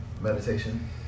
meditation